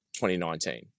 2019